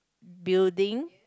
building